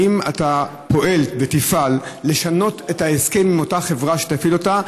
האם אתה פועל ותפעל לשנות את ההסכם עם אותה חברה שתפעיל אותה,